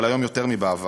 אבל היום יותר מבעבר.